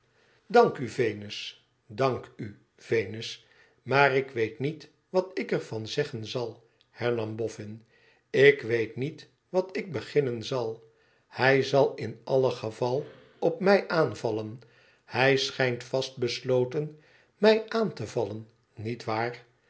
dank u venus dank u venus maar ik weet niet wat ik er van zeggen zal hernam boffin ik weet niet wat ik beginnen zal hij zal in alle geval op mij aanvallen hij schijnt vast besloten mij aan te vallen niet waar